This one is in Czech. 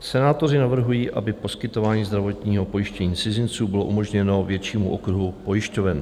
Senátoři navrhují, aby poskytování zdravotního pojištění cizinců bylo umožněno většímu okruhu pojišťoven.